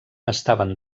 estaven